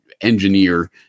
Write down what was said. engineer